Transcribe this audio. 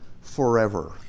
forever